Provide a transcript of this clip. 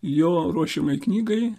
jo ruošiamai knygai